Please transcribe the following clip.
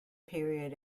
period